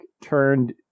turned